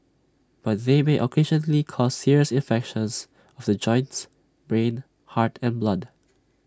but they may occasionally cause serious infections of the joints brain heart and blood